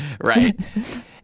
Right